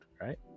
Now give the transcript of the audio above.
right